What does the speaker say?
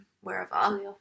wherever